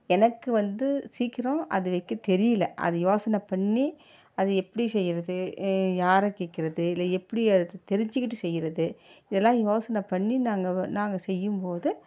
எனக்கு வந்து சீக்கிரம் அது வைக்க தெரியலை அது யோசனை பண்ணி அது எப்படி செய்கிறது யாரை கேட்கறது இல்லை எப்படி அது தெரிஞ்சுக்கிட்டு செய்கிறது இதெல்லாம் யோசனை பண்ணி நாங்கள் வ நாங்கள் செய்யும் போது